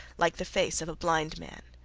like the face of a blind man.